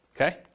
okay